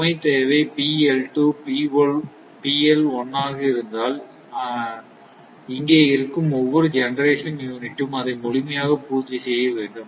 சுமை தேவை ஆக இருந்தால் இங்கே இருக்கும் ஒவ்வொரு ஜெனெரசன் யூனிட்டும் அதை முழுமையாக பூர்த்தி செய்ய வேண்டும்